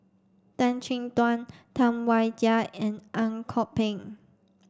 Tan Chin Tuan Tam Wai Jia and Ang Kok Peng